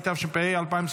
על סדר-היום,